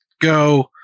go